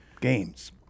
games